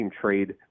Trade